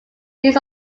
needs